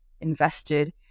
invested